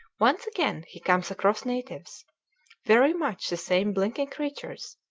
once again he comes across natives very much the same blinking creatures,